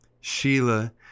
Sheila